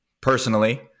personally